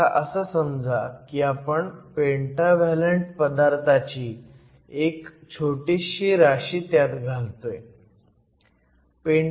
आता असं समजा की आपण पेंटाव्हॅलंट पदार्थाची एक छोटीशी राशी त्यात घालतोय